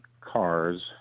cars